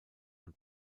und